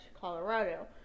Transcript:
Colorado